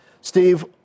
Steve